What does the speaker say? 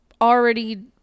already